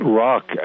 rock